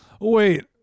Wait